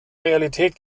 realität